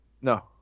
No